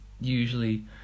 usually